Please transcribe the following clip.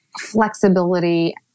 flexibility